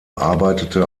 arbeitete